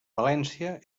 valència